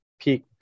peak